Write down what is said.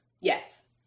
Yes